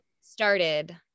started